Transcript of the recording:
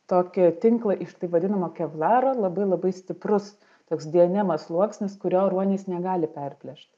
tokį tinklą iš taip vadinamo kevlaro labai labai stiprus toks dienema sluoksnis kurio ruonis negali perplėšt